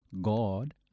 God